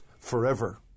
Forever